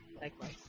Likewise